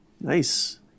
Nice